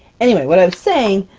anyway, what i was saying,